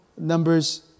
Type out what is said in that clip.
Numbers